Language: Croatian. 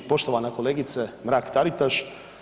Poštovana kolegice Mrak-Taritaš.